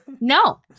No